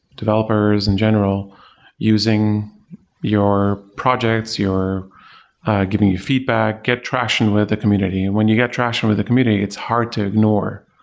developers in general using your projects, giving you feedback, get traction with the community. when you get traction with the community, it's hard to ignore.